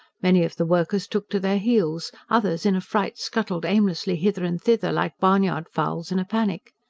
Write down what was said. many of the workers took to their heels others, in affright, scuttled aimlessly hither and thither, like barnyard fowls in a panic.